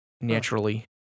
Naturally